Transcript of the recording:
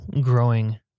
growing